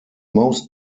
most